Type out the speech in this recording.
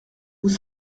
vous